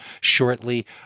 shortly